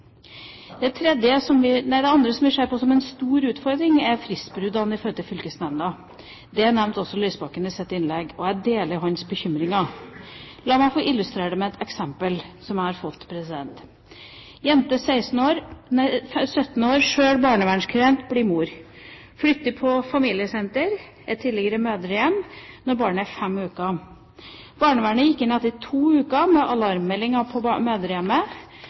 stor utfordring, er fristbruddene i forhold til fylkesnemnder. Det nevnte også Lysbakken i sitt innlegg, og jeg deler hans bekymringer. La meg få illustrere det med et eksempel som jeg har fått: Jente, 17 år, barnevernsklient, blir mor, flytter til et familiesenter, et tidligere mødrehjem, når barnet er fem uker. Barnevernet gikk inn etter to uker med alarmmelding på mødrehjemmet,